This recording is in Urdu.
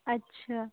اچھا